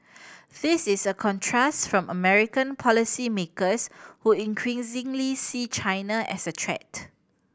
this is a contrast from American policymakers who increasingly see China as a threat